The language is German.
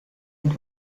und